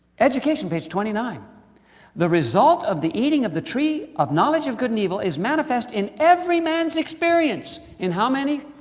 education, page twenty nine the result of the eating of the tree of knowledge of good and evil is manifest in every man's experience. in how many.